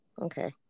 Okay